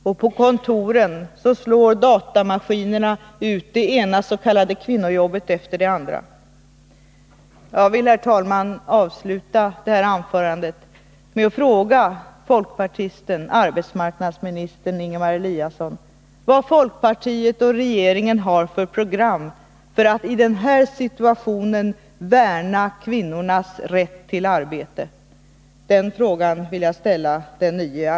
Och på kontoren slår datamaskinerna ut det ena s.k. kvinnojobbet efter det andra.